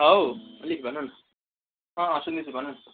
हउ अलिक भन न अँ सुन्दैछु भन न